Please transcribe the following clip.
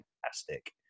fantastic